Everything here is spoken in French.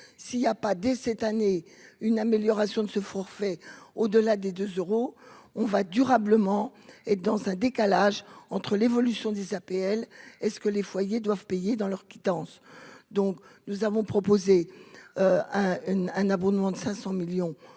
s'il a pas dès cette année une amélioration de ce forfait au-delà des deux euros on va durablement et dans un décalage entre l'évolution des APL, est ce que les foyers doivent payer dans leur quittance, donc nous avons proposé un une un abonnement de 500 millions